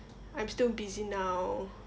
I'm still busy now